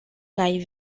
kaj